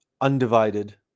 undivided